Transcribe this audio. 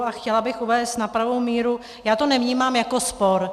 A chtěla bych uvést na pravou míru já to nevnímám jako spor.